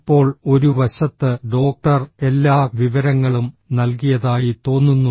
ഇപ്പോൾ ഒരു വശത്ത് ഡോക്ടർ എല്ലാ വിവരങ്ങളും നൽകിയതായി തോന്നുന്നു